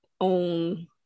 own